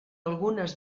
algunes